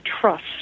trust